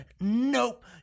Nope